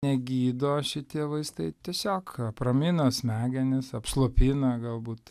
negydo šitie vaistai tiesiog apramino smegenis apslopina galbūt